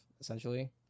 essentially